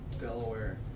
Delaware